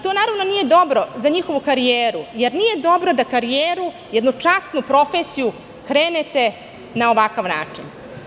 To, naravno, nije dobro za njihovu karijeru, jer nije dobro da karijeru, jednu časnu profesiju krenete na ovakav način.